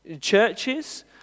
churches